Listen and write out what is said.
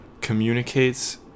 communicates